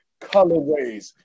colorways